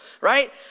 right